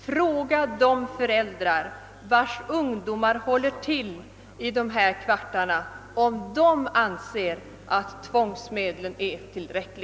Fråga de föräldrar, vilkas ungdomar håller till i dessa knarkarkvartar, om de anser att tvångsmedlen är tillräckli